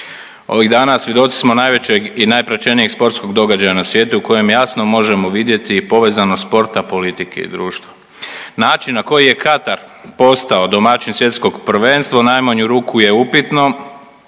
Ovih dana svjedoci smo najvećeg i najpraćenijeg sportskog događaja na svijetu u kojem jasno možemo vidjeti i povezanost sporta, politike i društva. Način na koji je Katar postao domaćin svjetskog prvenstva u najmanju ruku je upitno,